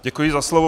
Děkuji za slovo.